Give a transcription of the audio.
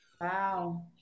Wow